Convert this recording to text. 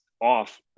off